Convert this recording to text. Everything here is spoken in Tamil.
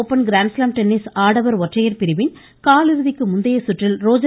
ஓப்பன் கிரான்ஸ்லாம் டென்னிஸ் ஆடவா் ஒற்றையா் பிரிவின் காலிறுதிக்கு முந்தைய சுற்றில் ரோஜர்